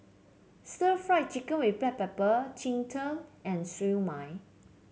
stir Fry Chicken with Black Pepper Cheng Tng and Siew Mai